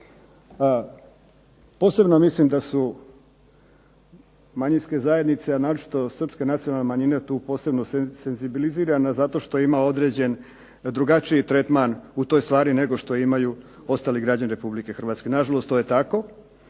Posebno mislim da su manjinske zajednice, a naročito srpske nacionalne manjine tu posebno senzibilizirane, zato što ima određen drugačiji tretman u toj stvari nego što imaju ostali građani Republike Hrvatske. Na žalost to je tako.